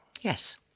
Yes